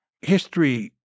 history